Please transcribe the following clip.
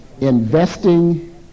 investing